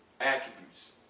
attributes